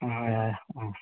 ꯍꯣꯏ ꯍꯣꯏ ꯌꯥꯔꯦ ꯎꯝ